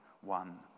one